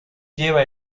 lleva